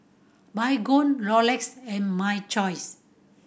Baygon Rolex and My Choice